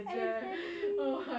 exactly